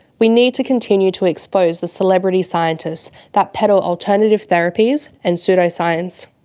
we need to continue to expose the celebrity scientists that peddle alternative therapies and pseudoscience.